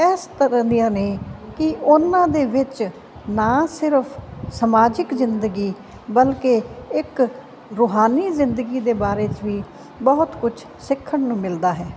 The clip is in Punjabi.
ਇਸ ਤਰ੍ਹਾਂ ਦੀਆਂ ਨੇ ਕਿ ਉਹਨਾਂ ਦੇ ਵਿੱਚ ਨਾ ਸਿਰਫ ਸਮਾਜਿਕ ਜ਼ਿੰਦਗੀ ਬਲਕਿ ਇੱਕ ਰੂਹਾਨੀ ਜ਼ਿੰਦਗੀ ਦੇ ਬਾਰੇ 'ਚ ਵੀ ਬਹੁਤ ਕੁਛ ਸਿੱਖਣ ਨੂੰ ਮਿਲਦਾ ਹੈ